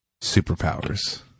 superpowers